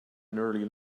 nearly